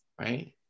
right